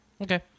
Okay